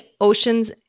oceans